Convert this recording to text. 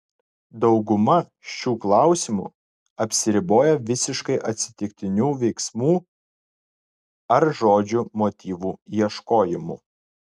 dauguma šių klausimų apsiriboja visiškai atsitiktinių veiksmų ar žodžių motyvų ieškojimu